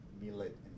millet